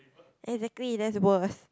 exactly that's worse